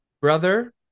brother